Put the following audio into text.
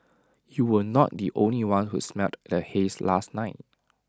you were not the only one who smelled the haze last night